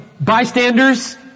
bystanders